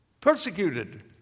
Persecuted